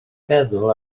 feddwl